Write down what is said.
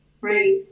right